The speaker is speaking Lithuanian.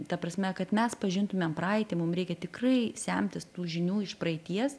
ta prasme kad mes pažintumėm praeitį mum reikia tikrai semtis tų žinių iš praeities